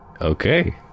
Okay